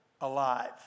alive